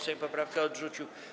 Sejm poprawkę odrzucił.